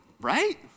Right